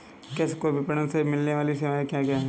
कृषि को विपणन से मिलने वाली सेवाएँ क्या क्या है